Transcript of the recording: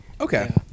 Okay